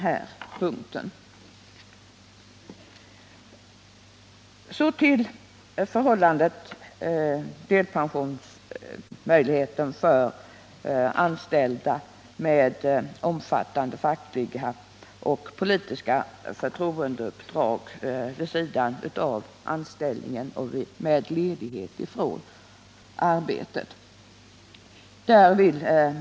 Reservationen 4 gäller frågan om möjligheten till delpension för anställda med omfattande fackliga och politiska förtroendeuppdrag, som kräver att de tar ledigt från arbetet.